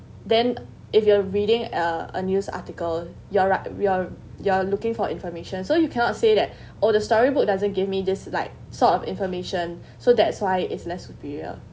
then if you are reading uh a news article you're you're you're looking for information so you cannot say that oh the storybook doesn't give me just like sort of information so that's why is less superior